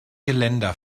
geländer